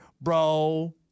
bro